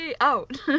out